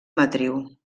matriu